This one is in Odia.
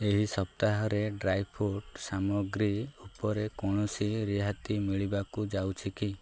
ଏହି ସପ୍ତାହରେ ଡ୍ରାଇ ଫ୍ରୁଟ୍ ସାମଗ୍ରୀ ଉପରେ କୌଣସି ରିହାତି ମିଳିବାକୁ ଯାଉଛି କି